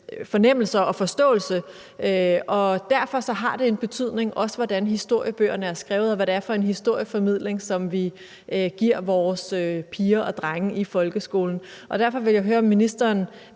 nutidsfornemmelse og -forståelse, og derfor har det også en betydning, hvordan historiebøgerne er skrevet, og hvad det er for en historieformidling, vi giver vores piger og drenge i folkeskolen. Derfor vil jeg høre, om ministeren